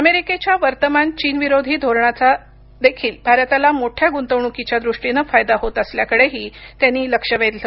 अमेरिकेच्या वर्तमान चीन विरोधी धोरणाचा देखील भारताला मोठ्या गुंतवणुकीच्या दृष्टीनं फायदा होत असल्याकडेही त्यांनी लक्ष वेधलं